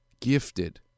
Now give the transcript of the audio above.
gifted